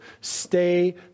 Stay